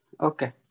Okay